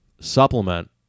supplement